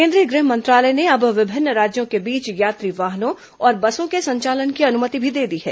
केंद्रीय गृह मंत्रालय ने अब विभिन्न राज्यों के बीच यात्री वाहनों और बसों के संचालन की अनुमति भी दे दी है